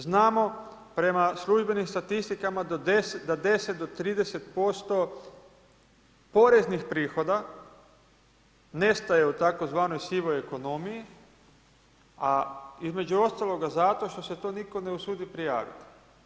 Znamo prema službenim statistikama, 10 do 30% poreznih prihoda nestaje u tzv. sivoj ekonomiji a između ostalog zato što se to nitko ne usudi prijaviti.